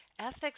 Ethics